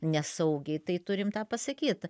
nesaugiai tai turim tą pasakyt